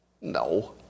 No